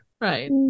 Right